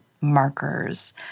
markers